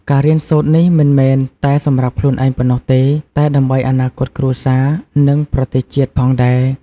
ការរៀនសូត្រនេះមិនមែនតែសម្រាប់ខ្លួនឯងប៉ុណ្ណោះទេ តែដើម្បីអនាគតគ្រួសារ និងប្រទេសជាតិផងដែរ។